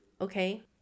okay